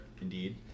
indeed